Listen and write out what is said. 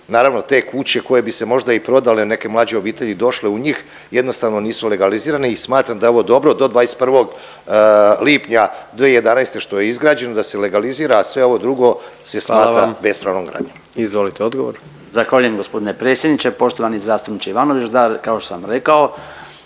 naravno te kuće koje bi se možda i prodale, neke mlađe obitelji došle u njih jednostavno nisu legalizirane i smatram da je ovo dobro do 21. lipnja 2011. što je izgrađeno da se legalizira, a sve ovo drugo se smatra … …/Upadica predsjednik: Hvala vam./… … bespravnom gradnjom. **Jandroković, Gordan